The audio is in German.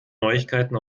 neuigkeiten